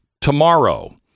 tomorrow